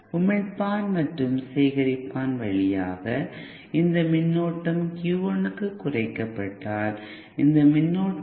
உமிழ்ப்பான் மற்றும் சேகரிப்பான் வழியாக இந்த மின்னோட்டம் Q 1 க்கு குறைக்கப்பட்டால் இந்த மின்னோட்டம்